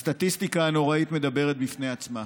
הסטטיסטיקה הנוראית מדברת בפני עצמה: